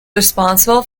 responsible